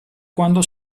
quando